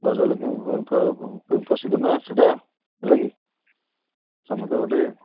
ଗଜଲକ୍ଷ୍ମୀ ପାଇଁ ପ୍ରସିଦ୍ଧ ନା ସେଇଟା ହେଲାକି ସମସ୍ତେ ଗୋଟେ